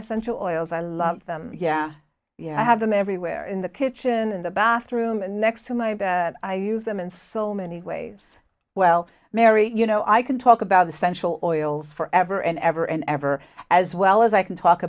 essential oils i love them yeah you know i have them everywhere in the kitchen in the bathroom and next to my bed i use them and so many ways well mary you no i can talk about essential oils forever and ever and ever as well as i can talk